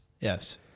yes